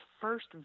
first